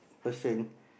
person